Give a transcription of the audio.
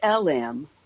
LM